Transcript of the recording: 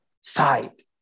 side